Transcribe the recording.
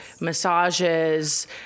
massages